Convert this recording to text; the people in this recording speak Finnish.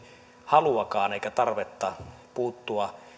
halua eikä tarvetta puuttua